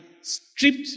stripped